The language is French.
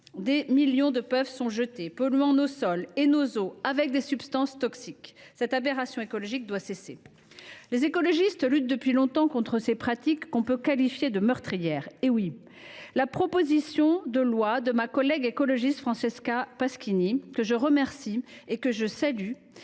des millions d’entre eux sont jetés, polluant nos sols et nos eaux avec des substances toxiques. Cette aberration écologique doit cesser. Les écologistes luttent depuis longtemps contre ces pratiques qu’on peut qualifier de meurtrières – eh oui ! La proposition de loi de ma collègue écologiste Francesca Pasquini, que je remercie et que je salue,